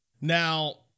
Now